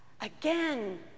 Again